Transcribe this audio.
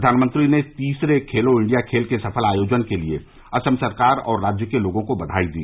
प्रधानमंत्री ने तीसरे खेलो इंडिया खेल के सफल आयोजन के लिए असम सरकार और राज्य के लोगों को बधाई दी